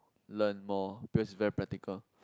learn more because it's very practical